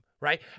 Right